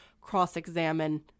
cross-examine